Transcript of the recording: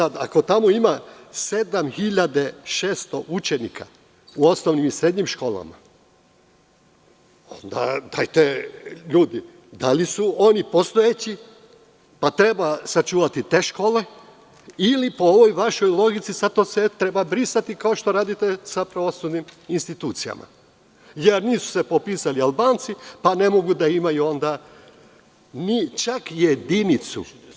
Ako tamo ima 7.600 učenika u osnovnim i srednjim školama, dajte ljudi, da li su oni postojeći, pa treba sačuvati te škole ili po ovoj vašoj logici sve to treba brisati kao što to radite sa osnovnim institucijama jer se nisu popisali Albanci pa ne mogu da imaju onda ni čak jedinicu.